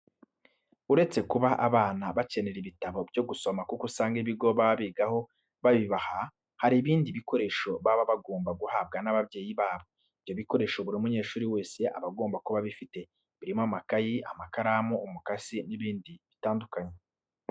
Uretse kuba abana bakenera ibitabo byo gusoma kuko usanga ibigo baba bigaho bibibaha, hari ibindi bikoresho baba bagomba guhabwa n'ababyeyi babo. Ibyo bikoresho buri munyeshuri wese aba agomba kuba abifite. Birimo amakayi, amakaramu, umukasi n'ibindi bitandukanye.